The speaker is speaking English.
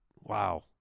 Wow